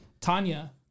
Tanya